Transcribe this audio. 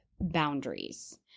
boundaries